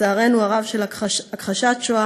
לצערנו הרב, של הכחשת השואה,